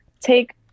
take